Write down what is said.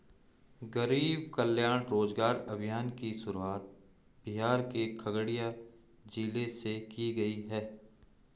गरीब कल्याण रोजगार अभियान की शुरुआत बिहार के खगड़िया जिले से की गयी है